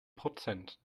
prozent